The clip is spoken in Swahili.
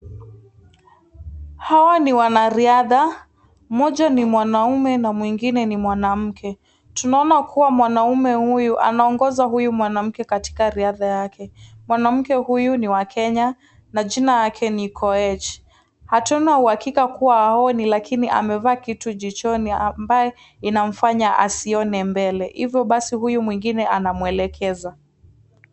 Hawa ni wanariadha, mmoja ni mwanaume na mwingine ni mwanamke, tunaona kuwa mwanaume huyu anaongoza huyu mwanamke katika riadha yake, mwanamke huyu ni wa Kenya na jina lake ni Koech, hatuna uhakika kuwa haoni lakini amevaa kitu jichoni ambayo inamfanya asione mbele, hivyobasi huyu mwingine anamwelekeza.